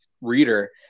reader